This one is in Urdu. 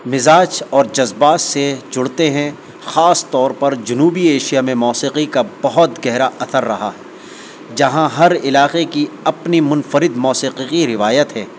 مزاج اور جذبات سے جڑتے ہیں خاص طور پر جنوبی ایشیا میں موسیقی کا بہت گہرا اثر رہا ہے جہاں ہر علاقے کی اپنی منفرد موسیقی کی روایت ہے